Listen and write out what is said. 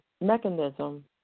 mechanism